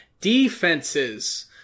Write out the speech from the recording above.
Defenses